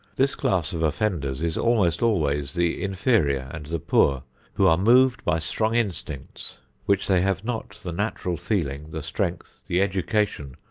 this class of offenders is almost always the inferior and the poor who are moved by strong instincts which they have not the natural feeling, the strength, the education,